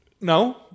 No